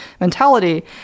mentality